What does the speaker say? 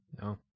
no